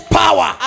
power